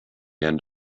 end